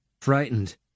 frightened